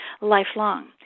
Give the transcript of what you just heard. lifelong